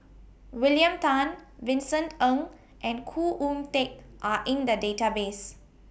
William Tan Vincent Ng and Khoo Oon Teik Are in The Database